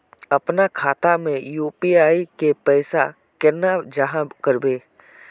अपना खाता में यू.पी.आई के पैसा केना जाहा करबे?